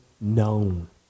known